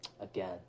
again